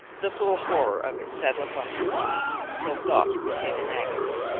the full horror of it settled upon her mind till thought became an agony.